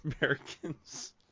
Americans